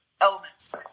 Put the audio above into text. elements